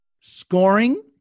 scoring